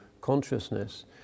consciousness